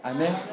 Amen